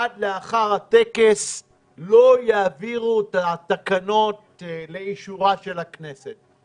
עד לאחר הטקס לא יעבירו את התקנות לאישורה של הכנסת.